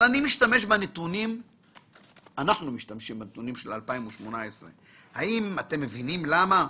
אנחנו משתמשים בנתונים של 2018. האם אתה מבינים למה?